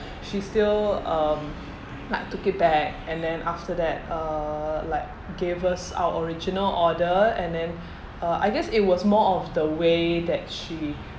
she still um like took it back and then after that uh like gave us our original order and then uh I guess it was more of the way that she